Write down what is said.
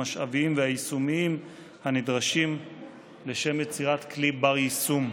המשאביים והיישומיים הנדרשים לשם יצירת כלי בר-יישום.